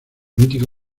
mítico